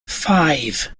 five